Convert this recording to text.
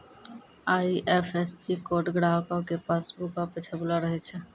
IFSC code ग्राहको के पासबुको पे छपलो रहै छै